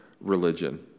religion